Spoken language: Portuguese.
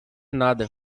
nada